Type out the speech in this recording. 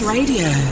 Radio